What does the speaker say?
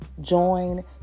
join